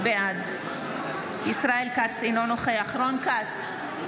בעד ישראל כץ, אינו נוכח רון כץ,